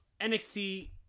NXT